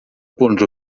punts